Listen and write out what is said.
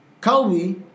Kobe